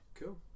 Cool